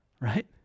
right